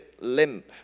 limp